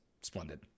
splendid